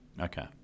Okay